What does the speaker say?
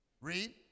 Read